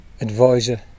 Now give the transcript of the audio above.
advisor